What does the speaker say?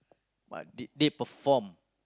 but they they perform